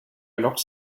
alors